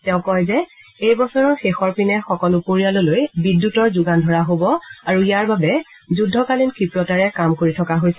তেওঁ কয় যে এই বছৰৰ শেষৰ পিনে সকলো পৰিয়াললৈ বিদ্যুতৰ যোগান ধৰা হ'ব আৰু ইয়াৰ বাবে যুদ্ধকালীন ক্ষীপ্ৰতাৰে কাম কৰি থকা হৈছে